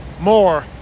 more